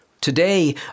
Today